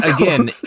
again